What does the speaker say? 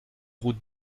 route